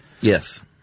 Yes